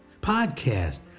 Podcast